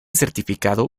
certificado